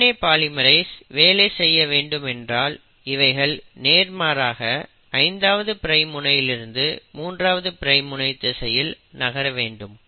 DNA polymerase வேலை செய்ய வேண்டும் என்றால் இவைகள் நேர்மாறாக 5ஆவது பிரைம் முனையிலிருந்து 3ஆவது பிரைம் முனை திசையில் நகர வேண்டும்